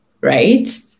right